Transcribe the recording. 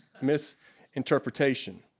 misinterpretation